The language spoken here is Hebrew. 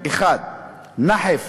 1, נחף: